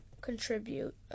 contribute